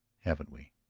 haven't we?